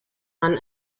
man